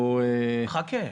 בחודש.